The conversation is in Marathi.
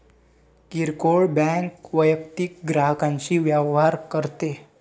किरकोळ बँक वैयक्तिक ग्राहकांशी व्यवहार करते